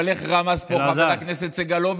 אבל איך רמז פה חבר הכנסת סגלוביץ'?